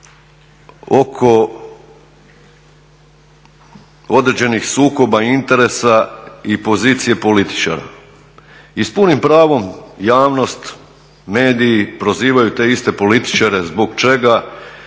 oko određenih sukoba interesa i pozicije političara i s punim pravom javnost, mediji prozivaju te iste političare zbog čega